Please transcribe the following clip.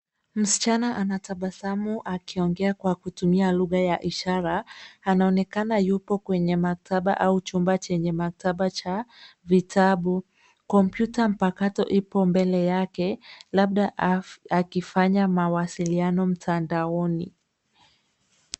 Msichana anatabasamu akiongea kwa kutumia lugha ya ishara, anaonekana yupo kwenye maktaba au chumba chenye maktaba cha vitabu. Kompyuta mpakato ipo mbele yake, labda akifanya mawasiliano mtandaoni.